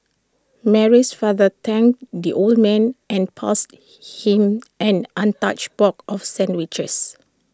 Mary's father thanked the old man and passed him an untouched box of sandwiches